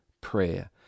prayer